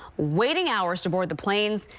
waiting hours to board the planes,